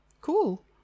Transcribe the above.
cool